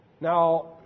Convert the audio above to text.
Now